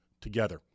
together